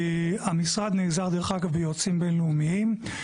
המשרד נעזר דרך אגב ביועצים בין-לאומיים.